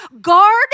Guard